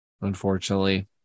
unfortunately